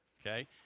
okay